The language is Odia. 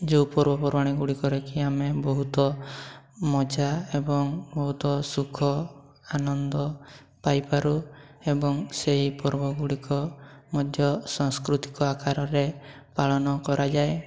ଯେଉଁ ପର୍ବପର୍ବାଣି ଗୁଡ଼ିକରେ କି ଆମେ ବହୁତ ମଜା ଏବଂ ବହୁତ ସୁଖ ଆନନ୍ଦ ପାଇପାରୁ ଏବଂ ସେଇ ପର୍ବ ଗୁଡ଼ିକ ମଧ୍ୟ ସାଂସ୍କୃତିକ ଆକାରରେ ପାଳନ କରାଯାଏ